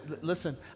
Listen